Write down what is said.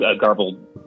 garbled